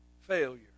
failure